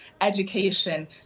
education